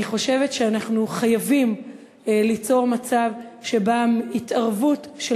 אני חושבת שאנחנו חייבים ליצור מצב שבו התערבות של